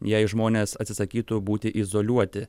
jei žmonės atsisakytų būti izoliuoti